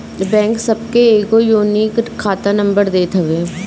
bank सबके एगो unique खाता नंबर देत हवे